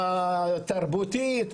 התרבותית,